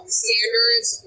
standards